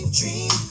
dream